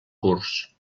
curs